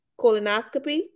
colonoscopy